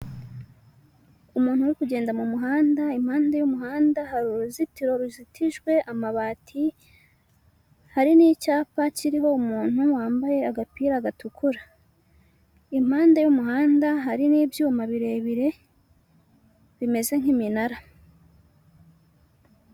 Umuntu uri kugenda mu muhanda impande y'umuhanda hari uruzitiro ruzitijwe amabati, hari n'icyapa kiriho umuntu wambaye agapira gatukura, impande y'umuhanda hari n'ibyuma birebire bimeze nk'iminara.